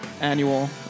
annual